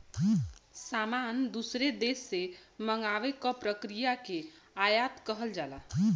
सामान दूसरे देश से मंगावे क प्रक्रिया के आयात कहल जाला